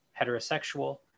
heterosexual